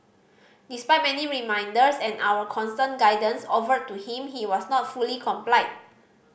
despite many reminders and our constant guidance offered to him he was not fully complied